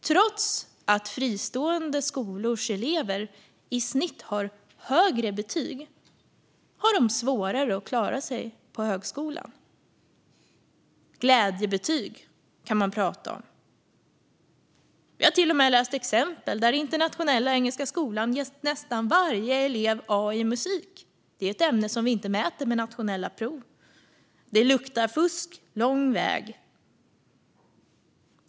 Trots att fristående skolors elever i snitt har högre betyg har de svårare att klara sig på högskolan. Glädjebetyg, kan man prata om. Jag har till och med läst exempel där Internationella Engelska Skolan ger nästan varje elev A i musik. Det är ett ämne som vi inte mäter med nationella prov. Det luktar fusk lång väg.